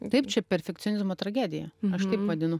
taip čia perfekcionizmo tragedija aš taip vadinu